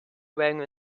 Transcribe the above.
wearing